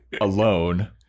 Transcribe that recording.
alone